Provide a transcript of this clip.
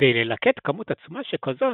כדי ללקט כמות עצומה שכזו,